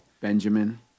Benjamin